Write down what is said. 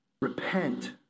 Repent